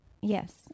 yes